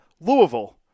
Louisville